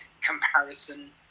comparison